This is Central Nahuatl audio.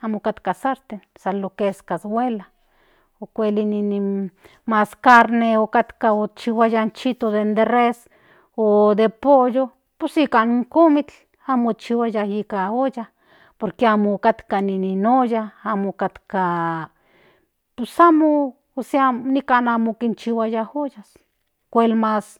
amo katka sarten san lo quee es cashuela okuel mas carne otkatka okchihuaya in chito den de res o de pollo pues nika komikl amo ikchihuaya nika olla por que amo otkatka nin nin olla amo otkatka pues amo ósea nikan amo kinchihuaya uso okuel mas.